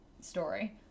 story